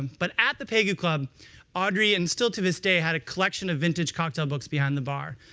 but at the pegu club audrey and still to this day had a collection of vintage cocktail books behind the bar.